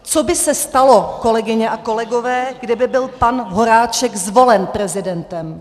Co by se stalo, kolegyně a kolegové, kdyby byl pan Horáček zvolen prezidentem?